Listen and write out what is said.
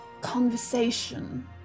conversation